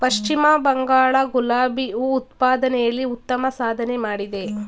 ಪಶ್ಚಿಮ ಬಂಗಾಳ ಗುಲಾಬಿ ಹೂ ಉತ್ಪಾದನೆಯಲ್ಲಿ ಉತ್ತಮ ಸಾಧನೆ ಮಾಡಿದೆ